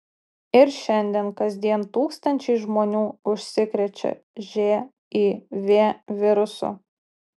ir šiandien kasdien tūkstančiai žmonių užsikrečia živ virusu